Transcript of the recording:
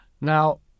Now